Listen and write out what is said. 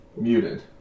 Muted